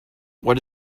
what